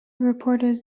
reporters